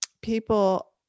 people